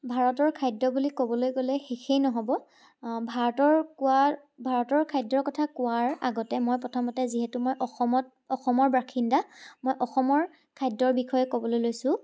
ভাৰতৰ খাদ্য বুলি ক'বলৈ গ'লে শেষেই নহ'ব ভাৰতৰ কোৱা ভাৰতৰ খাদ্যৰ কথা কোৱাৰ আগতে মই প্ৰথমতে যিহেতু মই অসমত মই অসমৰ বাসিন্দা মই অসমৰ খাদ্যৰ বিষয়ে ক'বলৈ লৈছোঁ